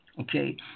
Okay